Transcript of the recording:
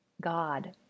God